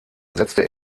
setzte